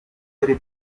tre